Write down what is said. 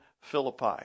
Philippi